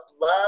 love